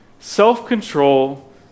self-control